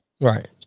Right